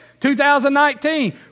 2019